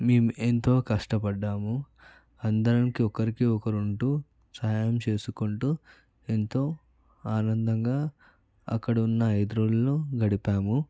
మేము ఎంతో కష్టపడ్డాము అందరం ఒకరికి ఒకరు ఉంటూ సాహాయం చేసుకుంటూ ఎంతో ఆనందంగా అక్కడున్న ఇతరులను గడిపాము